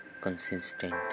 consistent